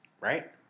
Right